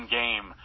game